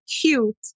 cute